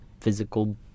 physical